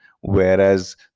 whereas